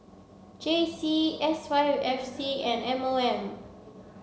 J C S Y F C and M O M